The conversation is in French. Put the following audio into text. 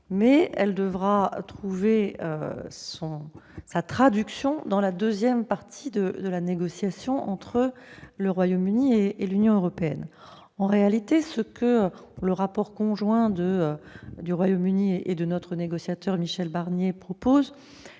mais elle devra trouver sa traduction dans la deuxième partie de la négociation entre le Royaume-Uni et l'Union européenne. En réalité, le rapport conjoint du Royaume-Uni et de notre négociateur Michel Barnier préconise